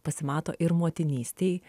pasimato ir motinystėj